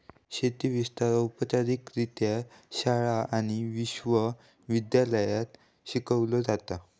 शेती विस्तार औपचारिकरित्या शाळा आणि विश्व विद्यालयांत शिकवलो जाता